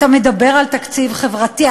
אתה מדבר על תקציב חברתי,